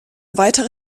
weitere